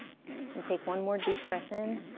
and take one more deep breath in